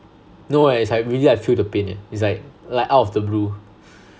no leh it's like really I feel the pain leh it's like like out of the blue